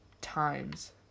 times